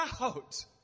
out